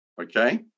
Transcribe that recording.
Okay